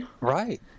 Right